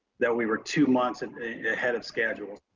that we were two months and ahead of schedule.